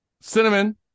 cinnamon